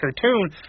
cartoon